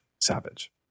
Savage